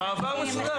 אני מחכה בסבלנות.